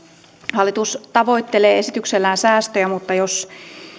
hallitus tavoittelee esityksellään säästöjä mutta jos